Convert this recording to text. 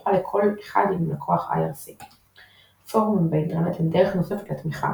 שפתוחה לכל אחד עם לקוח IRC. פורומים באינטרנט הם דרך נוספת לתמיכה,